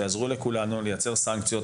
ויעזרו לכולנו לייצר סנקציות.